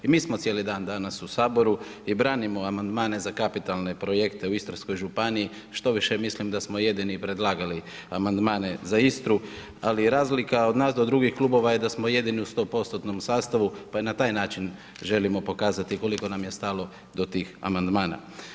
I mi smo cijeli dan danas u Saboru i branimo amandmane za kapitalne projekte u Istarskoj županiji, štoviše, mislim da smo jedini predlagali amandmane za Istru, ali razlika od nas do drugih klubova je da smo jedini u 100%-tnom sastavu pa i na taj način želimo pokazati koliko nam je stalo do tih amandmana.